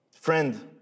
Friend